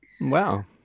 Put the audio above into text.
Wow